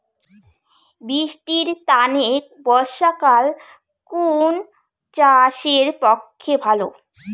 বৃষ্টির তানে বর্ষাকাল কুন চাষের পক্ষে ভালো?